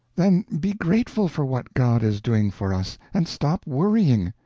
then be grateful for what god is doing for us and stop worrying.